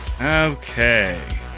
okay